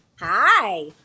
Hi